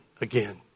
again